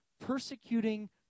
persecuting